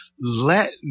Let